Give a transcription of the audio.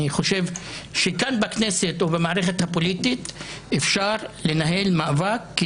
אני חושב שכאן בכנסת ובמערכת הפוליטית אפשר לנהל מאבק,